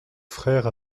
frère